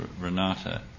Renata